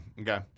Okay